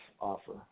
offer